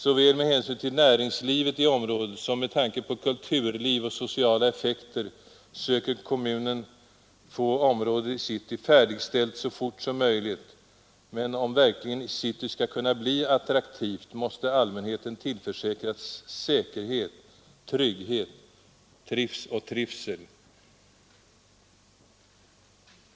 Såväl med hänsyn till näringslivet i området som med tanke på kulturliv och sociala effekter söker kommunen få området i city färdigställt så fort som möljligt. Men k om verkligen city skall kunna bli attraktivt måste allmänheten tillför ras säkerhet, trygghet och trivsel.